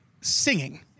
singing